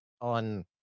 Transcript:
on